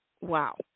Wow